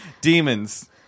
Demons